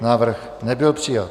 Návrh nebyl přijat.